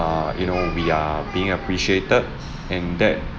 err you know we are being appreciated and that